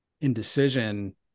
indecision